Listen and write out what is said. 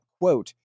quote